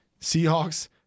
Seahawks